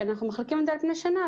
כשאנחנו מחלקים את זה על פני שנה,